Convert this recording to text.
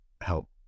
help